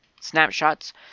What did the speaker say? Snapshots